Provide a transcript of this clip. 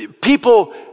people